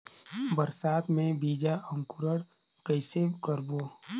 बरसात मे बीजा अंकुरण कइसे करबो?